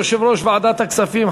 יושב-ראש ועדת הכספים,